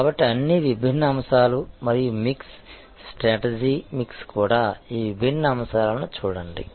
కాబట్టి అన్ని విభిన్న అంశాలు మరియు మిక్స్ స్ట్రాటజీ మిక్స్ కూడా ఈ విభిన్న అంశాలను చూడండి